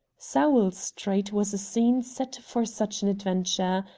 sowell street was a scene set for such an adventure.